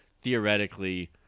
theoretically